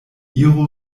iru